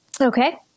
Okay